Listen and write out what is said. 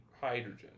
hydrogen